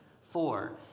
Four